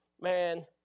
man